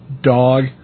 Dog